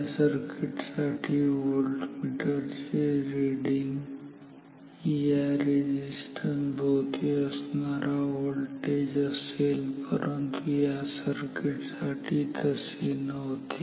या सर्किट साठी व्होल्टमीटर चे रिडिंग या रेझिस्टन्स भोवती असणारा व्होल्टेज असेल परंतु या सर्किट साठी तसे नव्हते